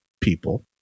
people